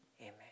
Amen